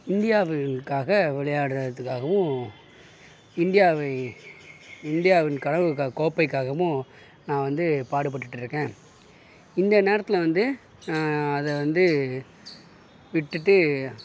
இந்தியாவிற்காக விளையாடுறத்துக்காகவும் இந்தியாவை இந்தியாவின் கனவுக்காக கோப்பைக்காகவும் நான் வந்து பாடுபட்டுட்ருக்கேன் இந்த நேரத்தில் வந்து அதை வந்து விட்டுவிட்டு